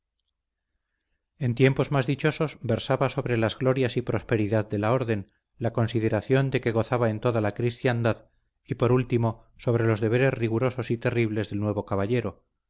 en tiempos más dichosos versaba sobre las glorias y prosperidad de la orden la consideración de que gozaba en toda la cristiandad y por último sobre los deberes rigurosos y terribles del nuevo caballero